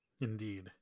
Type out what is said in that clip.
Indeed